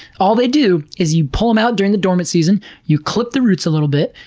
all they do is you pull them out during the dormant season, you clip the roots a little bit,